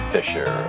Fisher